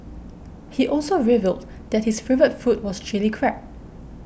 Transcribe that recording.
he also revealed that his favourite food was Chilli Crab